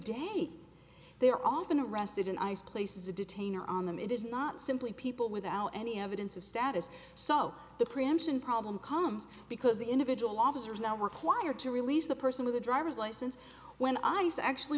day they are often arrested in eyes places to detain on them it is not simply people without any evidence of status so the preemption problem comes because the individual officers now require to release the person with a driver's license when i used to actually